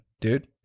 dude